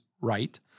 right